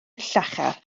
llachar